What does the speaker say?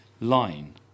line